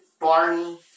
Barney